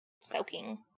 Soaking